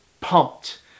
pumped